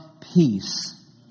peace